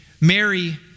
Mary